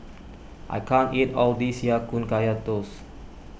I can't eat all this Ya Kun Kaya Toast